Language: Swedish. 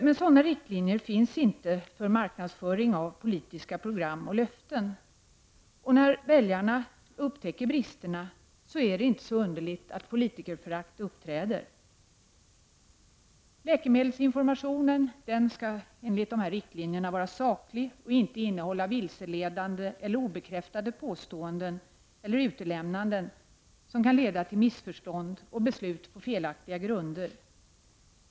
Men sådana riktlinjer finns inte för marknadsföring av politiska program och löften, och när väljarna upptäcker bristerna är det inte så underligt att politikerförakt uppträder. Läkemedelsinformationen skall enligt riktlinjerna vara saklig och inte innehålla vilseledande eller obekräftade påståenden eller utelämnanden som kan leda till missförstånd och beslut på felaktiga grunder.